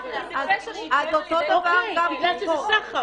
אז אותו דבר גם פה,